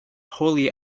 wholly